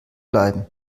bleiben